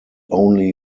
only